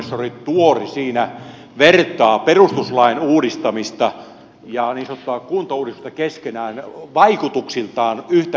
professori tuori siinä vertaa perustuslain uudistamista ja niin sanottua kuntauudistusta keskenään vaikutuksiltaan yhtä merkittävinä asioina